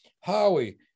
Howie